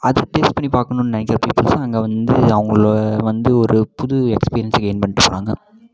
அதை டேஸ்ட் பண்ணி பார்க்கணுன்னு நினைக்கிற பீப்பிள்ஸ்லாம் அங்கே வந்து அவங்கள வந்து ஒரு புது எக்ஸ்பீரியன்ஸை கெயின் பண்ணிட்டு போகிறாங்க